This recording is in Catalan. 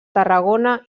tarragona